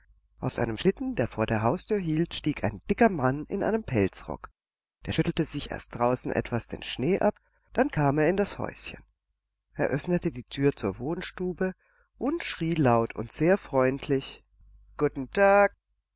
aus einem schlitten der vor der haustür hielt stieg ein dicker mann in einem pelzrock der schüttelte sich erst draußen etwas den schnee ab dann kam er in das häuschen er öffnete die tür zur wohnstube und schrie laut und sehr freundlich guten tag